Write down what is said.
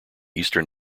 eastern